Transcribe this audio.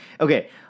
okay